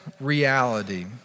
reality